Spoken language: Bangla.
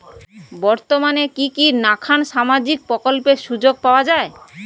বর্তমানে কি কি নাখান সামাজিক প্রকল্পের সুযোগ পাওয়া যায়?